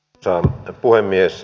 arvoisa puhemies